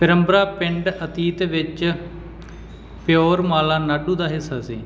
ਪੇਰੰਬਰਾ ਪਿੰਡ ਅਤੀਤ ਵਿੱਚ ਪਿਓਰਮਾਲਾ ਨਾਡੂ ਦਾ ਹਿੱਸਾ ਸੀ